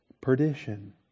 perdition